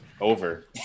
Over